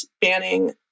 banning